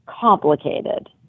complicated